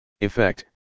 Effect